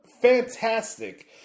Fantastic